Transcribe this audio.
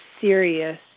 serious